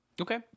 okay